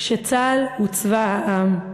שצה"ל הוא צבא העם,